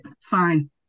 Fine